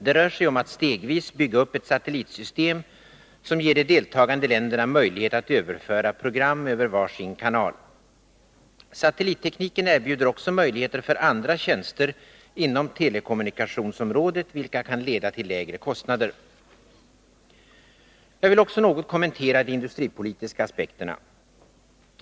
Det rör sig om att stegvis bygga upp ett satellitsystem som ger de deltagande länderna möjlighet att överföra program över var sin kanal. Satellittekniken erbjuder också möjligheter för andra tjänster inom telekommunikationsområdet vilka kan leda till lägre kostnader. Jag vill också något kommentera de industripolitiska aspekterna.